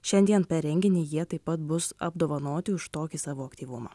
šiandien per renginį jie taip pat bus apdovanoti už tokį savo aktyvumą